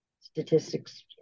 statistics